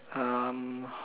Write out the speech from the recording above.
um